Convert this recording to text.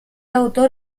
autor